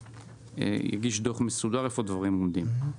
ואגיש דוח מסודר איפה הדברים עומדים.